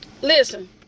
listen